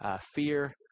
fear